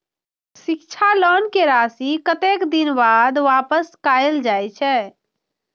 शिक्षा लोन के राशी कतेक दिन बाद वापस कायल जाय छै?